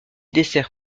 dessert